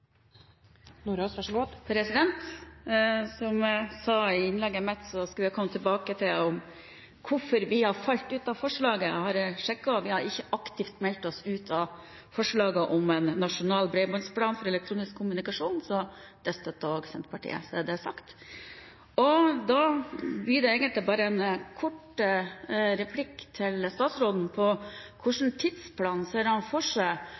falt ut av forslaget. Jeg har sjekket, og vi har ikke aktivt meldt oss ut av forslaget om en nasjonal bredbåndsplan for elektronisk kommunikasjon, så det støtter også Senterpartiet – så er det sagt. Da blir det egentlig bare en kort replikk til statsråden angående hvilken tidsplan han ser for seg